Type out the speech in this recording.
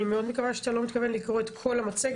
אני מאוד מקווה שאתה לא מתכוון לקרוא את כל המצגת.